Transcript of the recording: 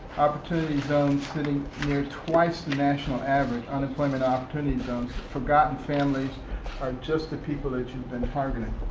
opportunity zones sitting near twice the national average unemployment opportunity zones forgotten families are just the people that you've been targeting.